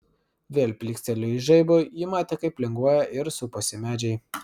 vėl plykstelėjus žaibui ji matė kaip linguoja ir supasi medžiai